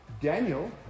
Daniel